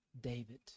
David